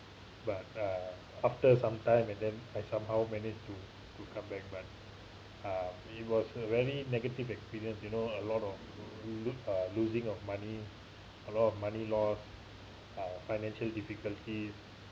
but uh after sometime and then I somehow managed to to come back but uh it was really negative experience you know a lot of los~ uh losing of money a lot of money loss uh financial difficulty